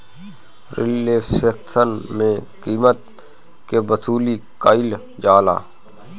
reflection में कीमत के वसूली कईल जाला